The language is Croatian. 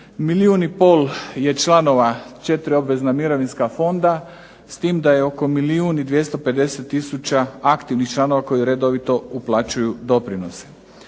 Milijun i pol je članova 4 obvezna Mirovinska fonda, s tim da je oko miliju i 250 tisuća aktivnih članova koji redovito uplaćuju doprinose.